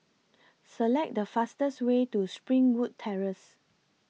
Select The fastest Way to Springwood Terrace